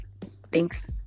thanks